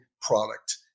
product